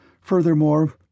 Furthermore